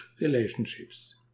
relationships